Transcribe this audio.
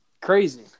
crazy